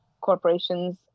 corporations